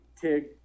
Tig